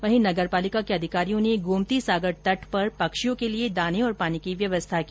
वहीं नगरपालिका के अधिकारियों ने गोमती सागर तट पर पक्षियों के लिए दाने और पानी की व्यवस्था की